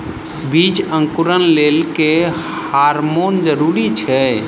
बीज अंकुरण लेल केँ हार्मोन जरूरी छै?